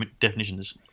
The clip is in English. definitions